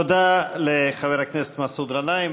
תודה לחבר הכנסת מסעוד גנאים.